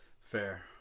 Fair